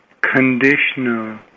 conditional